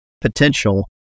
potential